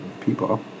people